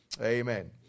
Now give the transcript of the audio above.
Amen